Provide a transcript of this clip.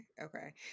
Okay